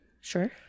sure